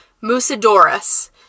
Musidorus